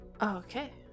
Okay